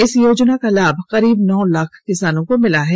इस योजना का लाभ करीब नौ लाख किसानों को मिला है